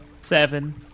Seven